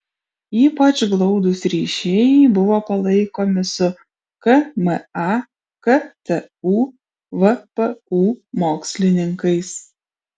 ypač glaudūs ryšiai buvo palaikomi su kma ktu vpu mokslininkais